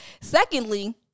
secondly